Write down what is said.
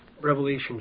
Revelation